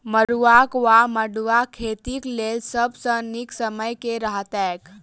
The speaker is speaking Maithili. मरुआक वा मड़ुआ खेतीक लेल सब सऽ नीक समय केँ रहतैक?